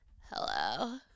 hello